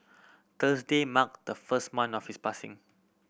Thursday marked the first month of his passing